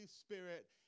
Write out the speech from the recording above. Spirit